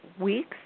weeks